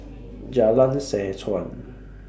Jalan Seh Chuan